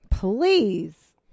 Please